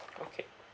okay